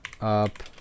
up